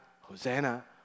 Hosanna